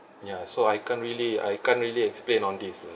ya so I can't really I can't really explain on this ah